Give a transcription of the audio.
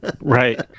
Right